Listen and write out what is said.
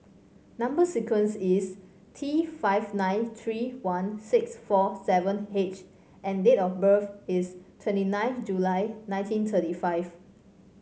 number sequence is T five nine three one six four seven H and date of birth is twenty nine July nineteen thirty five